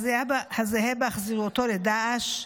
הזהה באכזריותו לדאעש,